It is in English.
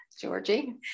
Georgie